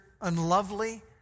unlovely